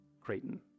creighton